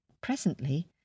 Presently